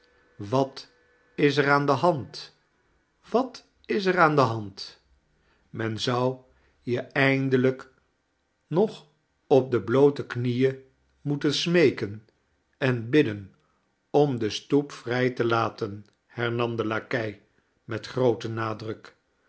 wat is er aan de hand wat is er aan de hand men zou je eindelijk nog op de bloote knieen moeten smeeken en bidden om de stoep vrij te laten hernam de lakei met grooten nadruk